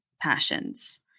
passions